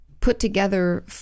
put-together